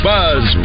Buzz